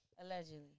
Allegedly